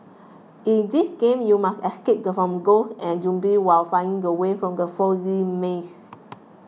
in this game you must escape from ghosts and zombies while finding the way out from the foggy maze